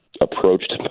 approached